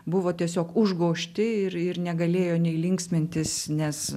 buvo tiesiog užgožti ir ir negalėjo nei linksmintis nes